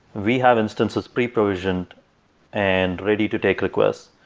we have instances pre-provisioned and ready to take request.